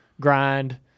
grind